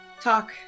talk